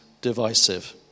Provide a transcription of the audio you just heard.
divisive